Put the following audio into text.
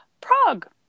prague